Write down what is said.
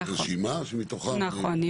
רשימה שמתוכה נכון,